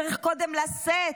צריך קודם כול לשאת,